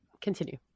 Continue